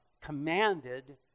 commanded